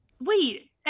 Wait